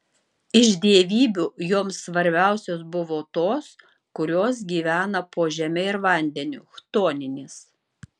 iš dievybių joms svarbiausios buvo tos kurios gyvena po žeme ir vandeniu chtoninės